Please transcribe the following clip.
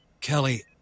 Kelly